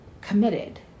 committed